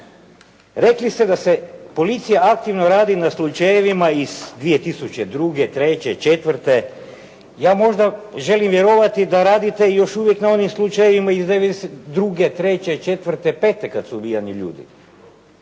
rekli ste da se policija aktivno radi na slučajevima iz 2002., treće, četvrte, ja možda želim vjerovati da radite još uvijek na onim slučajevima iz '92. treće, četvrte, pete kada su ubijani ljudi.